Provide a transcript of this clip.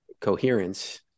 coherence